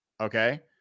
Okay